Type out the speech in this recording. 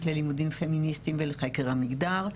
ללימודים פמיניסטיים ולחקר המגדר,